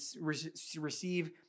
receive